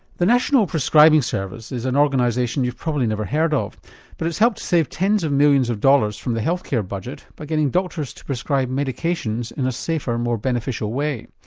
the national prescribing service is an organisation you've probably never heard of but it's helped to save tens of millions of dollars from the healthcare budget by getting doctors to prescribe medications in a safer more beneficial way.